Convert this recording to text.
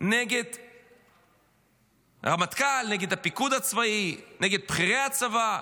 נגד הרמטכ"ל, נגד הפיקוד הצבאי, נגד בכירי הצבא,